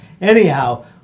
Anyhow